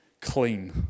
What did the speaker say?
clean